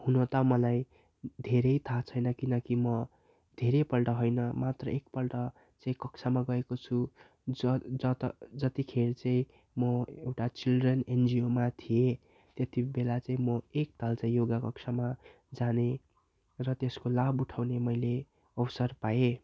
हुनु त मलाई धेरै थाहा छैन किनकि म धेरैपल्ट होइन मात्र एकपल्ट चाहिँ कक्षमा गएको छु ज जत जतिखेर चाहिँ म एउटा चिल्ड्रेन एनजिओमा थिएँ त्यतिबेला चाहिँ म एकताल चाहिँ योगा कक्षामा जाने र त्यसको लाभ उठाउने मैले अवसर पाएँ